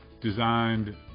designed